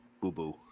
boo-boo